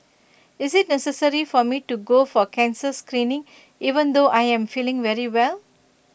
is IT necessary for me to go for cancer screening even though I am feeling very well